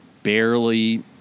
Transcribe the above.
barely